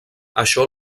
això